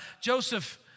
Joseph